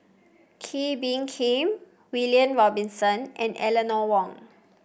Kee Bee Khim William Robinson and Eleanor Wong